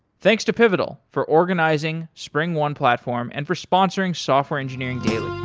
thanks to pivotal for organizing springone platform and for sponsoring software engineering daily